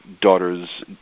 daughter's